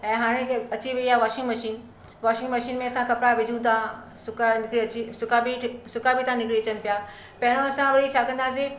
ऐं हाणे अची वई आहे वॉशिंग मशीन वॉशिंग मशीन में असां कपिड़ा विझूं था सुकाल ते अची सुका बि सुका बि था निकिरी अचनि पिया पहिरों असां वरी छा कंदा हुआसीं